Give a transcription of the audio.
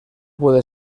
puede